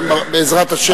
כן, בעזרת השם.